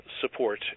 support